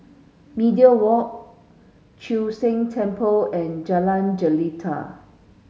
Media Walk Chu Sheng Temple and Jalan Jelita